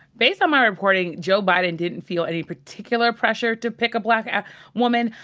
based on my reporting, joe biden didn't feel any particular pressure to pick a black ah woman.